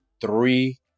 three